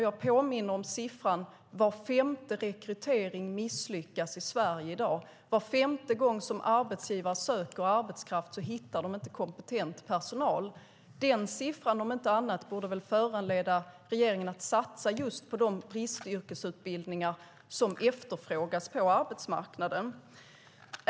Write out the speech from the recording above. Jag påminner om att var femte rekrytering i Sverige i dag misslyckas. Var femte gång som arbetsgivare söker arbetskraft hittar man inte kompetent personal. Den siffran, om inte annat, borde väl föranleda regeringen att satsa just på de bristyrkesutbildningar som efterfrågas på arbetsmarknaden.